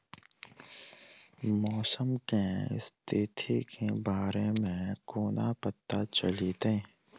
मौसम केँ स्थिति केँ बारे मे कोना पत्ता चलितै?